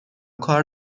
کار